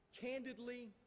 candidly